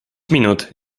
minut